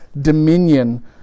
dominion